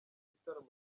gitaramo